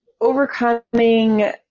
overcoming